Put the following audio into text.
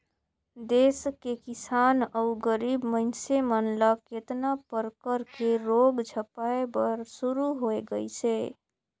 देस के किसान अउ गरीब मइनसे मन ल केतना परकर के रोग झपाए बर शुरू होय गइसे